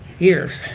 years.